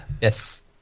Yes